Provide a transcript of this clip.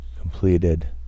completed